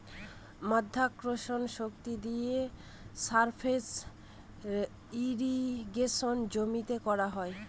মাধ্যাকর্ষণের শক্তি দিয়ে সারফেস ইর্রিগেশনে জমিতে করা হয়